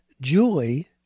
Julie